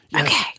Okay